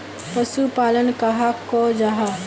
पशुपालन कहाक को जाहा?